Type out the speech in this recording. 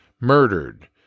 murdered